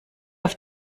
auf